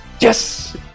Yes